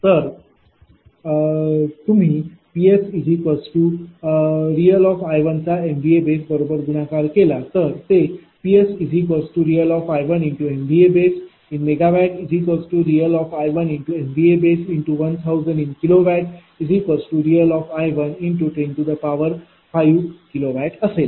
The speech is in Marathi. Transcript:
जर तुम्ही Psreal चा MVA बेस बरोबर गुणाकार केला तर ते PsrealI1MVAB MWrealI1MVAB ×1000 kWrealI1105kW असेल